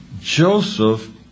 Joseph